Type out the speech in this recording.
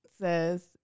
says